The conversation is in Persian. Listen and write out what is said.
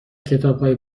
کتابهای